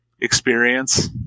experience